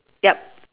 yup